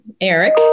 Eric